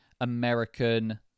american